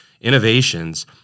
innovations